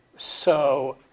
so,